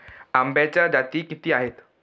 आंब्याच्या जाती किती आहेत?